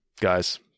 guys